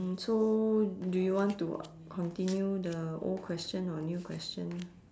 mm so do you want to continue the old question or new question